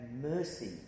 mercy